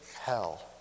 hell